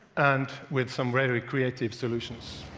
and with some very creative solutions.